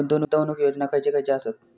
गुंतवणूक योजना खयचे खयचे आसत?